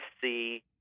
see